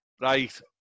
Right